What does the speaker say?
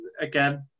Again